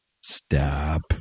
Stop